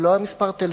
ולא היה מספר טלפון.